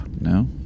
No